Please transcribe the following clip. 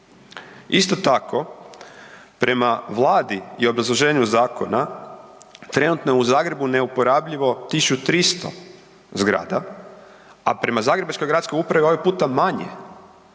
Isto tako prema Vladi i obrazloženju zakona trenutno je u Zagrebu neuporabljivo 1.300 zgrada, a prema zagrebačkoj gradskoj upravi ovaj puta manje